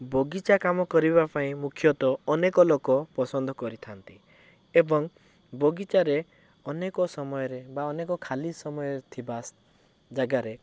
ବଗିଚା କାମ କରିବା ପାଇଁ ମୁଖ୍ୟତଃ ଅନେକ ଲୋକ ପସନ୍ଦ କରିଥାଆନ୍ତି ଏବଂ ବଗିଚାରେ ଅନେକ ସମୟରେ ବା ଅନେକ ଖାଲି ସମୟରେ ଥିବା ଜାଗାରେ